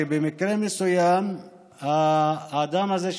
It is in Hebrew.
שבמקרה מסוים האדם הזה,